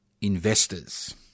investors